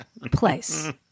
place